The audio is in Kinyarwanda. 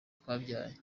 twabyaranye